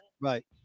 right